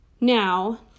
Now